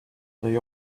they